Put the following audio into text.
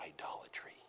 idolatry